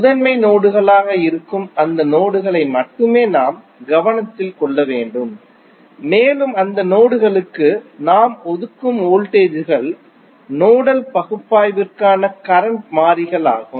முதன்மை நோடு களாக இருக்கும் அந்த நோடுகளை மட்டுமே நாம் கவனத்தில் கொள்ள வேண்டும் மேலும் அந்த நோடுகளுக்கு நாம் ஒதுக்கும் வோல்டேஜ் கள் நோடல் பகுப்பாய்விற்கான கரண்ட் மாறிகள் ஆகும்